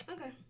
Okay